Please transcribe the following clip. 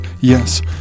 yes